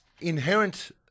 inherent